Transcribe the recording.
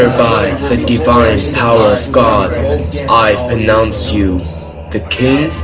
by the divine power of god i pronounce you the king